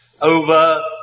over